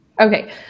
Okay